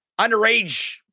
underage